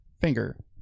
finger